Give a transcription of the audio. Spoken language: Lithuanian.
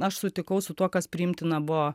aš sutikau su tuo kas priimtina buvo